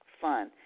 fun